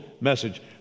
message